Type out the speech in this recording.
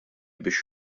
biex